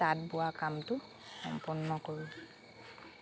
তাঁত বোৱা কামটো সম্পূৰ্ণ কৰোঁ